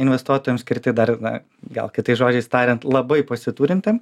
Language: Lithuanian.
investuotojams skirti dar ir na gal kitais žodžiais tariant labai pasiturintiem